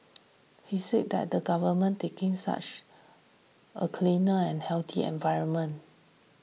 he said that the Government taking such a cleaner and healthier environment